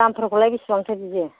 दामफोरखौलाइ बेसेबांथो बियो